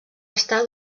estar